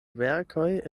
verkoj